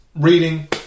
reading